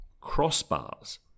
crossbars